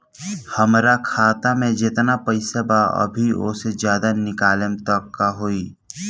हमरा खाता मे जेतना पईसा बा अभीओसे ज्यादा निकालेम त का होई?